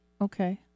Okay